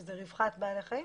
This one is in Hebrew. שזה רווחת בעלי חיים,